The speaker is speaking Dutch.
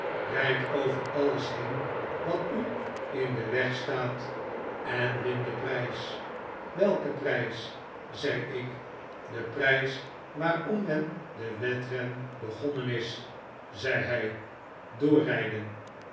rijd over alles heen wat u in den weg staat en win den prijs welken prijs zei ik den prijs waarom men den wedren begonnen is zei hij doorrijden